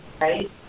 right